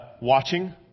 watching